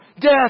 Death